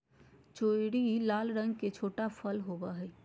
cherry लाल रंग के छोटा सा फल होबो हइ